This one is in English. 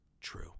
true